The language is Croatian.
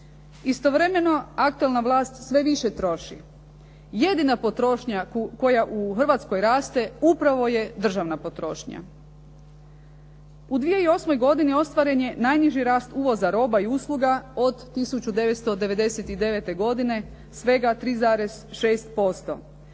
Istovremeno aktualna vlast sve više troši. Jedina potrošnja koja u Hrvatskoj raste upravo je državna potrošnja. U 2008. godini ostvaren je najniži rast uvoza roba i usluga od 1999. godine svega 3,6%.